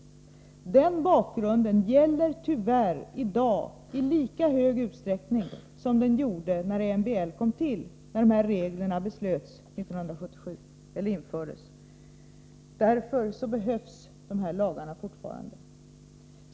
Den bakgrunden gäller tyvärr i dagilika stor utsträckning som den gjorde när MBL kom till och när reglerna infördes 1977. Därför behövs de här lagarna fortfarande.